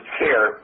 care